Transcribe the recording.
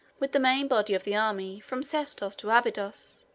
with the main body of the army, from sestos to abydos.